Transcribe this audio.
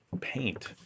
Paint